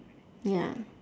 ya